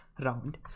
round